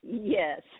Yes